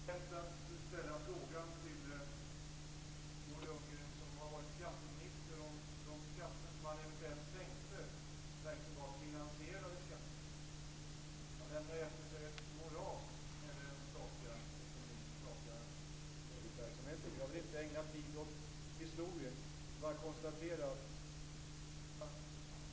Fru talman! Det är naturligtvis lätt att ställa frågan till Bo Lundgren, som har varit skatteminister, om de skatter som man eventuellt sänkte verkligen var finansierade. Han lämnade ju efter sig ett moras när det gäller den statliga ekonomin och den statliga budgetverksamheten. Jag vill inte ägna tid åt historien. Jag konstaterar bara att leva och lära bör hänga ihop på något sätt.